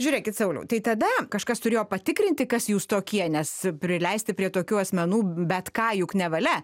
žiūrėkit sauliau tai tada kažkas turėjo patikrinti kas jūs tokie nes prileisti prie tokių asmenų bet ką juk nevalia